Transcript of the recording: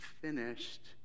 finished